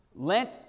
Lent